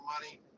money